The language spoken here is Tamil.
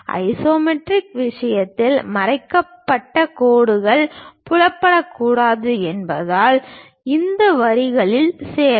ஐசோமெட்ரிக் விஷயங்களில் மறைக்கப்பட்ட கோடு புலப்படக்கூடாது என்பதால் இந்த வரிகளில் சேரவும்